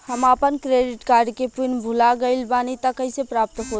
हम आपन credit card के पिन भुला गइल बानी त कइसे प्राप्त होई?